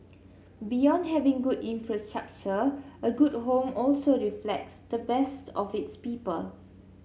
beyond having good infrastructure a good home also reflects the best of its people